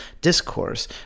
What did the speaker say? discourse